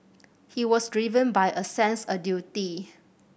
he was driven by a sense a duty